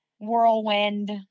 Whirlwind